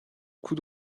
coup